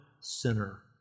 sinner